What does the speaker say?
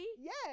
Yes